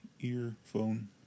earphone